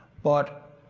but.